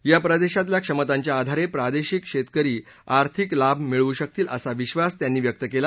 ह्या प्रदेशातल्या क्षमतांच्या आधारे प्रादेशिक शेतकरी आर्थिक लाभ मिळवू शकतील असा विश्वास त्यांनी व्यक्त केला